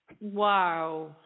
Wow